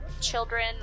children